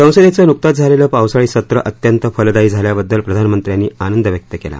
संसदेचं नुकतंच झालेलं पावसाळी सत्र अत्यंत फलदायी झाल्याबद्दल प्रधानमंत्र्यांनी आनंद व्यक्त केला